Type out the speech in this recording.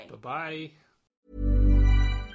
Bye-bye